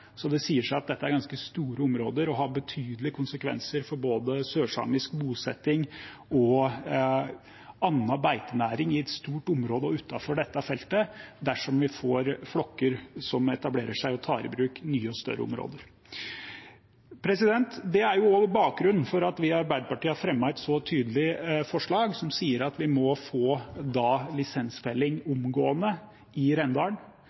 Så det sier seg selv at dette er ganske store områder, som har betydelige konsekvenser for både sørsamisk bosetting og annen beitenæring i et stort område også utenfor dette feltet dersom vi får flokker som etablerer seg og tar i bruk nye, større områder. Det er også bakgrunnen for at vi i Arbeiderpartiet har fremmet et så tydelig forslag, som sier at vi må få lisensfelling «omgående» i Rendalen.